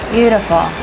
Beautiful